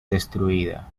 destruida